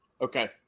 Okay